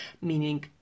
meaning